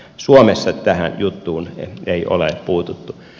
suomessa tähän juttuun ei ole puututtu